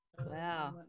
wow